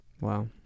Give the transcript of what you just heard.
Wow